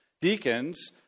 deacons